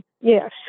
yes